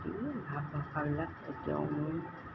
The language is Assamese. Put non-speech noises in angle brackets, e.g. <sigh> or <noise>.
<unintelligible> কি ভাব ভাষাবিলাক এতিয়াও মই